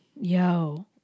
Yo